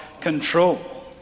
control